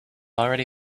already